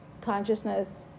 consciousness